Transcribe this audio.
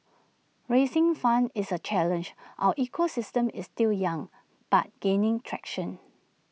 raising funds is A challenge our ecosystem is still young but gaining traction